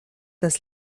das